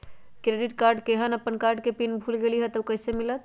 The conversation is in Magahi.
क्रेडिट कार्ड केहन अपन कार्ड के पिन भुला गेलि ह त उ कईसे मिलत?